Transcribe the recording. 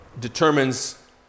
determines